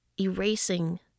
erasing